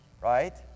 Right